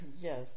yes